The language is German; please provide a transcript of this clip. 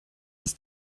ist